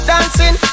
Dancing